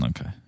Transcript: Okay